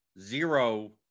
zero